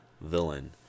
villain